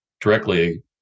directly